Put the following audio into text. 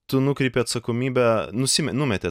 tu nukreipi atsakomybę nusi numeti